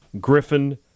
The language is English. Griffin